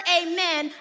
amen